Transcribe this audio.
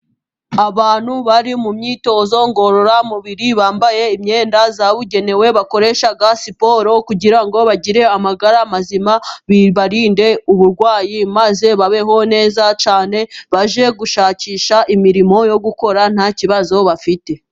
Abantu bari mu myitozo ngororamubiri bambaye imyenda yabugenewe bakoresha siporo kugira ngo bagire amagara mazima, bibarinde uburwayi, maze babeho neza cyane ,bajye gushakisha imirimo yo gukora nta kibazo bafite.